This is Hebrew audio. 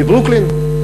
מברוקלין,